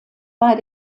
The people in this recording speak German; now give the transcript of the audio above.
bei